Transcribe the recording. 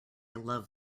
love